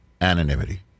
anonymity